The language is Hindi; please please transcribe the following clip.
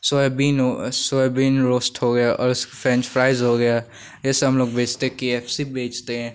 सोयाबीन हो सोयाबीन रोस्ट हो गया और फ्रेंच फ्राइज़ हो गया ऐसा हम लोग बेचते है के एफ सी बेचते हैं